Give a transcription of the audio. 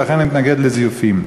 ולכן אני מתנגד לזיופים.